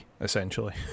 essentially